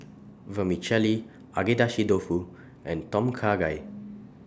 Vermicelli Agedashi Dofu and Tom Kha Gai